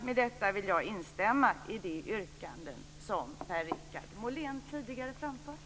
Med detta vill jag instämma i de yrkanden som Per-Richard Molén tidigare framfört.